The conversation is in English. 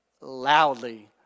loudly